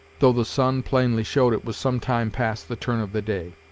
though the sun plainly showed it was some time past the turn of the day.